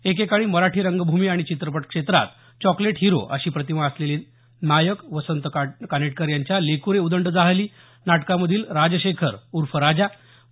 एकेकाळी मराठी रंगभूमी आणि चित्रपट क्षेत्रांत चॉकलेट हिरो अशी प्रतिमा असलेले नायक वसंत कानेटकर यांच्या लेक्रे उदंड जाहली नाटकामधील राजशेखर ऊर्फ राजा पु